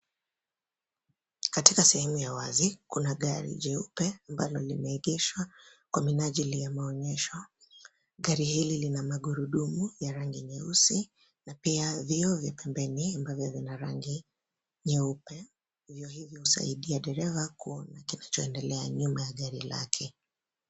Katika sehemu ya wazi, kuna gari jeupe ambalo limeegeshwa kwa minajili ya maonyesho. Gari hili lina magurudumu ya rangi nyeusi, na pia vioo vya pembeni ambavyo vina rangi nyeupe, hivyo hivyo husaidia dereva kuona kinachoendelea nyuma ya gari yake.